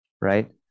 right